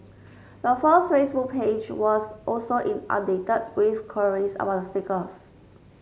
the firm's Facebook page was also inundated with queries about the stickers